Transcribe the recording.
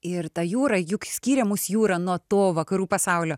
ir ta jūra juk skyrė mūsų jūra nuo to vakarų pasaulio